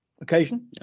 occasion